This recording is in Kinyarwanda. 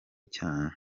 cyane